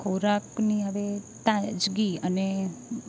ખોરાકની હારે તાજગી અને